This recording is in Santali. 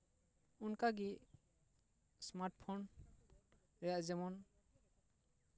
ᱚᱱᱠᱟᱜᱮ ᱮᱥᱢᱟᱨᱴ ᱯᱷᱳᱱ ᱨᱮᱭᱟᱜ ᱡᱮᱢᱚᱱ